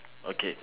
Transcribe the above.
okay